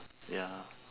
ya